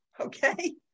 Okay